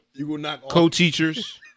co-teachers